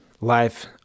life